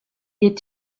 est